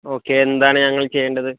okay എന്താണ് ഞങ്ങൾ ചെയ്യേണ്ടത്